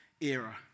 era